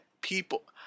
people